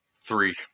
Three